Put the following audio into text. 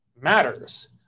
matters